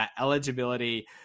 eligibility